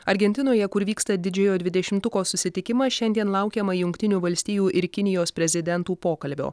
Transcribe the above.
argentinoje kur vyksta didžiojo dvidešimtuko susitikimas šiandien laukiama jungtinių valstijų ir kinijos prezidentų pokalbio